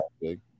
big